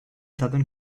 southern